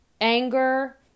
anger